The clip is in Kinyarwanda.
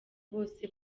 bose